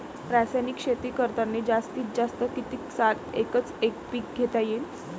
रासायनिक शेती करतांनी जास्तीत जास्त कितीक साल एकच एक पीक घेता येईन?